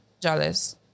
jealous